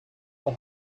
the